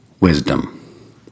wisdom